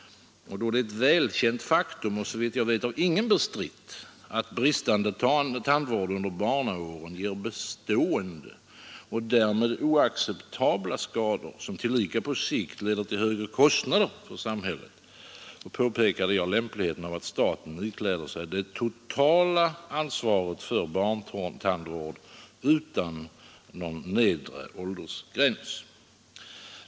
Då det är ett välkänt faktum, såvitt jag vet av ingen bestritt, att bristande tandvård under barnaåren ger bestående och därmed oacceptabla skador, som tillika på sikt leder till högre kostnader för samhället, påpekade jag lämpligheten av att staten ikläder sig det totala ansvaret för barntandvård utan någon nedre åldersgräns.